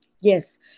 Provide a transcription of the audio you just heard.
Yes